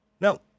No